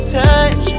touch